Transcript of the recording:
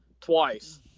twice